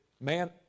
Man